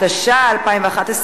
התשע"א 2011,